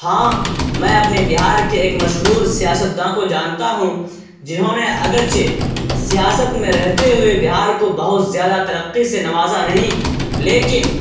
ہاں میں اپنے بہار کے ایک مشہور سیاست داں کو جانتا ہوں جنہوں نے اگر چہ سیاست میں رہتے ہوئے بہار کو بہت زیادہ ترقی سے نوازہ نہیں لیکن